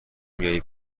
میای